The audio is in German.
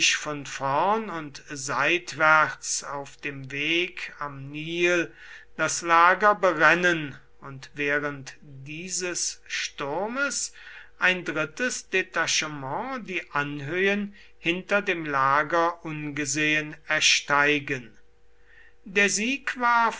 von vorn und seitwärts auf dem weg am nil das lager berennen und während dieses sturmes ein drittes detachement die anhöhen hinter dem lager ungesehen ersteigen der sieg war